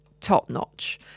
top-notch